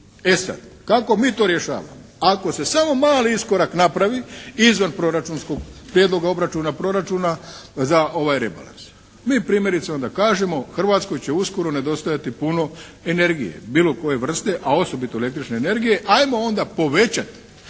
E sad kako mi to rješavamo ako se samo mali iskorak napravi izvan proračunskog Prijedloga obračuna proračuna za ovaj rebalans. Mi primjerice onda kažemo u Hrvatskoj će uskoro nedostajati puno energije bilo koje vrste a osobito električne energije. Ajmo onda povećat